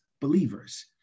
believers